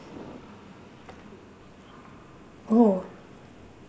oh